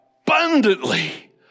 abundantly